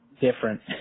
different